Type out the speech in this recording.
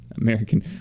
American